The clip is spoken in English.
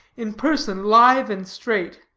in person lithe and straight,